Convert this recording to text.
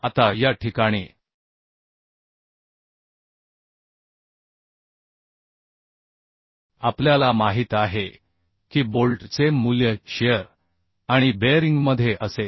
आता या ठिकाणी आपल्याला माहित आहे की बोल्टचे मूल्य शिअर आणि बेअरिंगमध्ये असेल